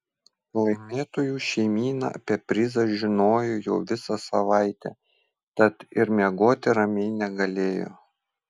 laimėtojų šeimyna apie prizą žinojo jau visą savaitę tad ir miegoti ramiai negalėjo